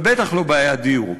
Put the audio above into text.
ובטח לא בעיית דיור.